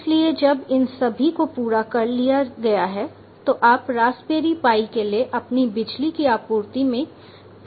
इसलिए जब इन सभी को पूरा कर लिया गया है तो आप रास्पबेरी पाई के लिए अपनी बिजली की आपूर्ति में प्लग करें